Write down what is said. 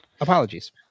apologies